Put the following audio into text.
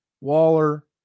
Waller